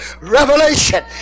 revelation